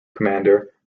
commander